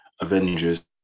Avengers